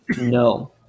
No